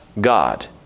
God